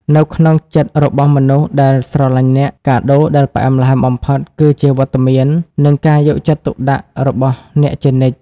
នៅក្នុងចិត្តរបស់មនុស្សដែលស្រឡាញ់អ្នក កាដូដែលផ្អែមល្ហែមបំផុត គឺជាវត្តមាន និងការយកចិត្តទុកដាក់របស់អ្នកជានិច្ច។